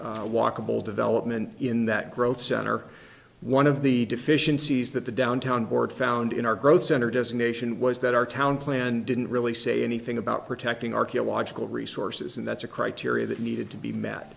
walkable development in that growth center one of the deficiencies that the downtown board found in our growth center designation was that our town plan didn't really say anything about protecting archaeological resources and that's a criteria that needed to be m